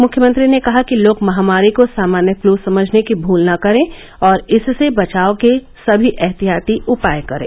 मुख्यमंत्री ने कहा कि लोग महामारी को सामान्य फ्लू समझने की भूल न करें और इससे बचाव के सभी एहतियाती उपाय करें